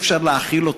איך אפשר להכיל אותו.